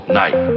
night